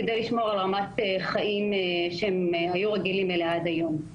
כדי לשמור על רמת חיים שהיו רגילים עליה עד היום.